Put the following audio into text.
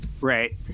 right